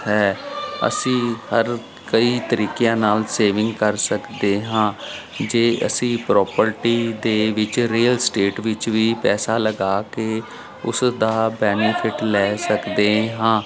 ਹੈ ਅਸੀਂ ਹਰ ਕਈ ਤਰੀਕਿਆਂ ਨਾਲ ਸੇਵਿੰਗ ਕਰ ਸਕਦੇ ਹਾਂ ਜੇ ਅਸੀਂ ਪ੍ਰੋਪਰਟੀ ਦੇ ਵਿੱਚ ਰੀਅਲ ਸਟੇਟ ਵਿੱਚ ਵੀ ਪੈਸਾ ਲਗਾ ਕੇ ਉਸ ਦਾ ਬੈਨੀਫਿਟ ਲੈ ਸਕਦੇ ਹਾਂ